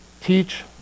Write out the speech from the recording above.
teach